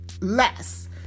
less